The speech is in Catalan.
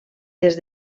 des